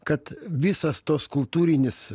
kad visas tas kultūrinis